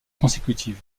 consécutive